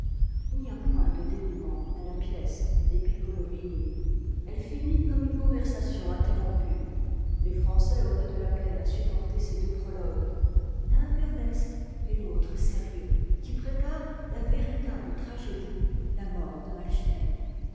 il n'y a point de dénomment à la pièce des piccolomini elle finit comme une conversation interrompue les français auraient de la peine à supporter ces deux prologues l'un burlesque et l'autre sérieux qui préparent la véritable tragédie la mort de walstein